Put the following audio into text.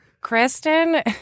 Kristen